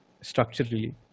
structurally